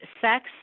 sex